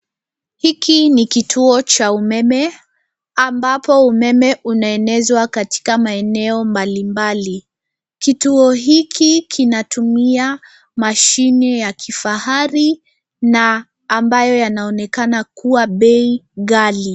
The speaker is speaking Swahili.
Hiki ni kituo cha umeme ambapo umeme unaenezwa katika maeneo mbali mbali. Kituo hiki kinatumia mashine ya kifahari na ambayo yanaonekana kuwa bei ghali